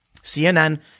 CNN